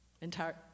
entire